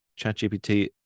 ChatGPT